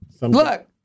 Look